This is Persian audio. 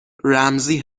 رمزی